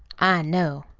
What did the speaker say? i know.